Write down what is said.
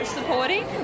Supporting